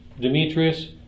Demetrius